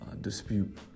Dispute